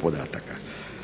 podataka.